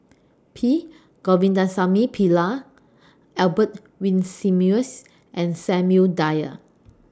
P Govindasamy Pillai Albert Winsemius and Samuel Dyer